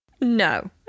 No